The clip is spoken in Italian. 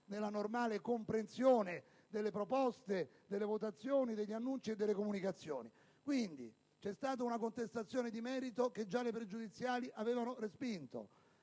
nella normale comprensione delle proposte, delle votazioni, degli annunci e delle comunicazioni. Pertanto, c'è stata una contestazione di merito, che già le pregiudiziali avevano respinto;